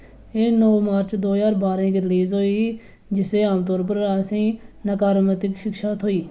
एह् नौ मार्च दो ज्हार बारां गी रिलीज होई ही जिसी आमतौर पर नकारात्मक समीक्षा थ्होई